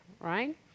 right